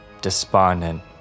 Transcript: Despondent